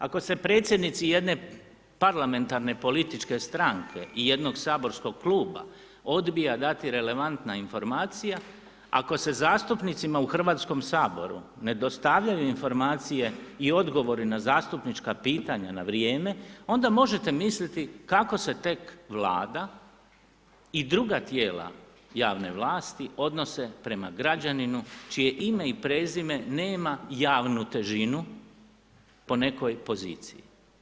Ako se predsjednici jedne parlamentarne političke stranke i jednog saborskog kluba odbija dati relevantna informacija, ako se zastupnicima u Hrvatskom saboru ne dostavljaju informacije i odgovori na zastupnička pitanja na vrijeme onda možete misliti kako se tek Vlada i druga tijela javne vlasti odnose prema građaninu čije ime i prezime nema javnu težinu, po nekoj poziciji.